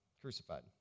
crucified